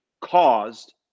caused